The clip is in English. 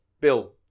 Bill